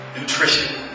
nutrition